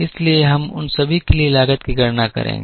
इसलिए हम उन सभी के लिए लागत की गणना करेंगे